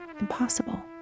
impossible